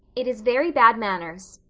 it is very bad manners.